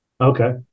Okay